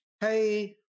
hey